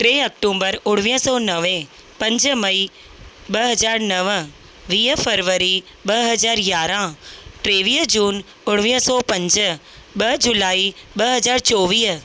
टे अक्टूंबर उणिवीह सौ नवे पंज मई ॿ हज़ार नव वीह फरवरी ॿ हज़ार यारहं टेवीह जून उणिवीह सौ पंज ॿ जुलाई ॿ हज़ार चोवीह